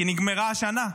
כי נגמרה השנה.